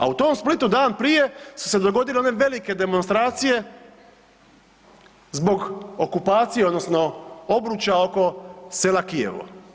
A u tom Splitu dan prije su se dogodile one velike demonstracije zbog okupacije odnosno obručja oko sela Kijevo.